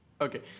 okay